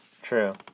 True